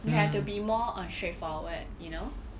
you have to be more uh straightforward you know